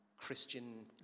Christian